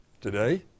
today